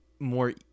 more